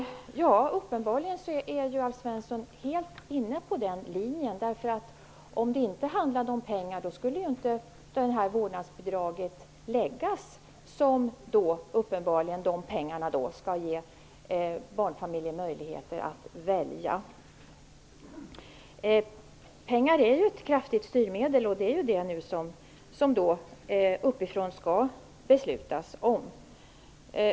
Uppenbarligen är Alf Svensson helt inne på den linjen. Om det inte handlade om pengar skulle man inte lägga fram det här förslaget om vårdnadsbidrag, som uppenbarligen innebär att pengar satsas för att barnfamiljer skall få möjlighet att välja. Pengar är ju ett kraftigt styrmedel, och det är ju detta som man uppifrån skall besluta om.